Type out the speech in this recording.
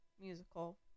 musical